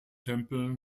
tempel